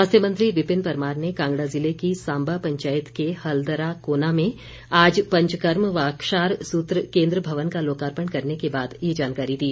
स्वास्थ्य मंत्री विपिन परमार ने कांगड़ा जिले की सांबा पंचायत के हलदरा कोना में आज पंचकर्म व क्षार सूत्र केंद्र भवन का लोकार्पण करने के बाद ये जानकारी दी